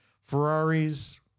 Ferraris